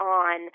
on